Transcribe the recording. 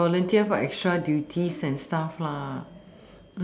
like volunteer for extra duties and stuff lah